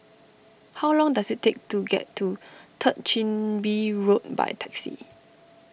how long does it take to get to Third Chin Bee Road by taxi